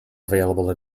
available